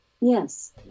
Yes